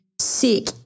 sick